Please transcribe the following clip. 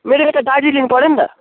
मेरो यता दार्जिलिङ पऱ्यो नि त